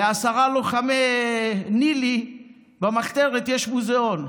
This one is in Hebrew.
לעשרה לוחמי ניל"י במחתרת יש מוזיאון.